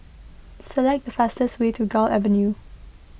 select the fastest way to Gul Avenue